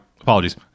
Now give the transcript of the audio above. Apologies